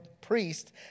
priest